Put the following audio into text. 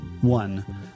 One